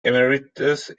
emeritus